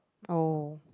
oh